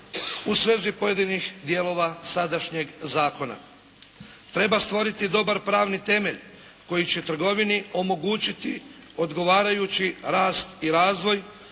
u svezi pojedinih dijelova sadašnjeg zakona. Treba stvoriti dobar pravni temelj koji će trgovini omogućiti odgovarajući rast i razvoj